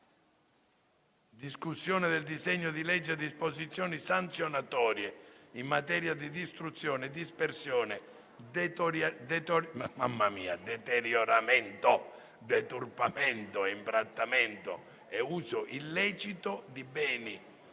con il seguente titolo: *Disposizioni sanzionatorie in materia di distruzione, dispersione, deterioramento, deturpamento, imbrattamento e uso illecito di beni